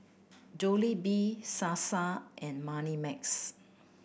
Jollibee Sasa and Moneymax